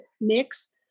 mix